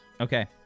Okay